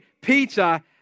Peter